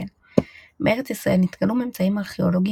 ישראל בארץ ישראל נתגלו ממצאים ארכאולוגיים